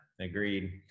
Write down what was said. agreed